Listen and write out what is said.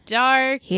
dark